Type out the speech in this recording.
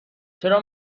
چرا